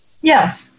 Yes